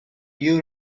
you